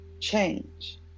change